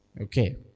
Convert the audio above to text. Okay